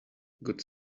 good